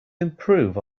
improve